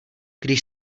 když